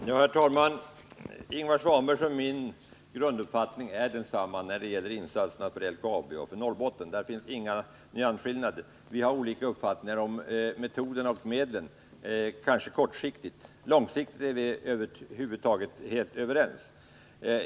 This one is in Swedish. Herr talman! Ingvar Svanbergs och min grunduppfattning är densamma när det gäller insatserna för LKAB och Norrbotten. Där finns inga nyansskillnader. Vi har kanske olika uppfattningar om medlen och metoderna kortsiktigt, men om vad som långsiktigt behöver göras är vi överens.